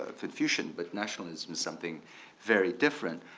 ah confucian, but nationalism is something very different.